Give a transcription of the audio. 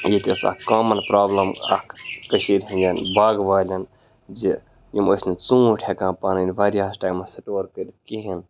ییٚتہِ ٲس اَکھ کامَن پرٛابلِم اَکھ کٔشیٖرِ ہِنٛدٮ۪ن باغہٕ والٮ۪ن زِ یِم ٲسۍ نہٕ ژوٗنٛٹھۍ ہٮ۪کان پَنٕنۍ واریاہَس ٹایمَس سٹور کٔرِتھ کِہیٖنۍ